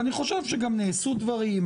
אני חושב שגם נעשו דברים,